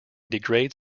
degrade